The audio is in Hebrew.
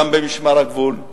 גם במשמר הגבול,